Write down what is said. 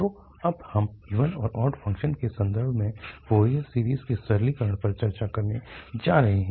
तो अब हम इवन और ऑड फ़ंक्शन्स के संदर्भ में फोरियर सीरीज़ के सरलीकरण पर चर्चा करने जा रहे हैं